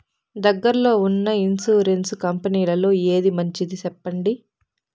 దగ్గర లో ఉన్న ఇన్సూరెన్సు కంపెనీలలో ఏది మంచిది? సెప్పండి?